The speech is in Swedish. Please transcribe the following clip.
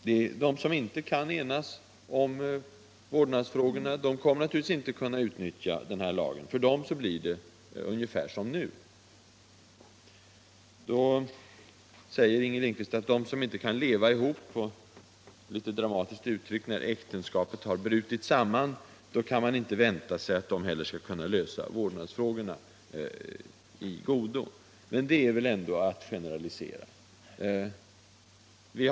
Men de som inte kan enas om vårdnaden kommer naturligtvis inte att kunna utnyttja lagen — för dem blir det ungefär som nu. Inger Lindquist säger att av dem som inte kan leva ihop sedan — som hon litet drastiskt uttrycker det — äktenskapet har brutit samman kan man inte vänta sig att de skall kunna lösa vårdnadsfrågorna i godo. Det är väl ändå att generalisera?